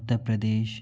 Uttar Pradesh